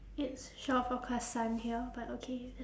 it's shore forecast sun here but okay